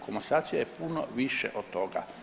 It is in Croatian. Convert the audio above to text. Komasacija je puno više od toga.